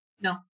No